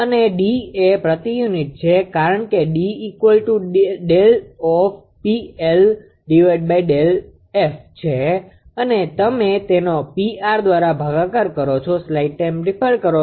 અને D એ પ્રતિ યુનિટ છે કારણ કે D છે અને તમે તેનો 𝑃𝑟 દ્વારા ભાગાકાર કરો છો